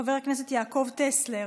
חבר הכנסת יעקב טסלר,